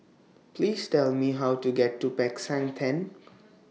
Please Tell Me How to get to Peck San Theng